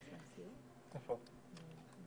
יש היום בארץ כ-350 בריכות שחייה מחוממות ומקורות.